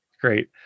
Great